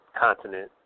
continent